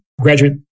Graduate